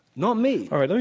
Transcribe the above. not me. all right,